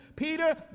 Peter